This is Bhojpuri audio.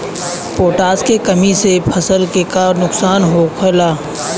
पोटाश के कमी से फसल के का नुकसान होला?